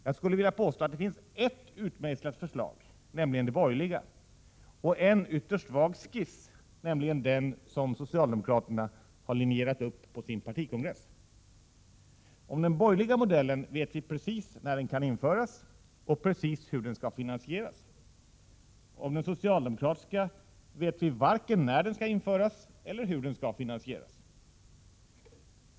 Jag vill påstå att det finns ett utmejslat förslag, nämligen det borgerliga, och en ytterst svag skiss, nämligen den som socialdemokraterna har linjerat upp på sin partikongress. Beträffande den borgerliga modellen vet vi precis när den skall införas och hur den skall finansieras. När det gäller den socialdemokratiska vet vi varken när den skall införas eller hur den skall finansieras.